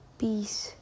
peace